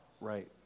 Right